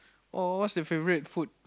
oh what's your favourite food